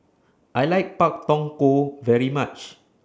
I like Pak Thong Ko very much